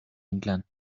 inclán